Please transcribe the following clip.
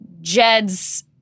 Jed's